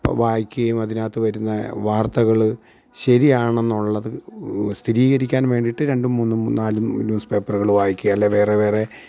വായിക്കുകയും അതിനകത്ത് വരുന്ന വാർത്തകള് ശരിയാണെന്നുള്ളത് സ്ഥിരീകരിക്കാൻ വേണ്ടിയിട്ട് രണ്ടും മൂന്നും നാലും ന്യൂസ് പേപ്പറുകൾ വായിക്കുക അല്ലേൽ വേറെ വേറെ